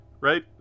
right